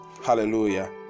hallelujah